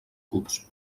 curs